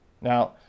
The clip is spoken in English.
Now